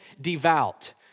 devout